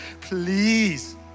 please